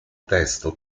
testo